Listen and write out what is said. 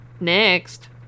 Next